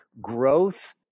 growth